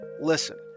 Listen